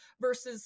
versus